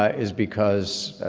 ah is because,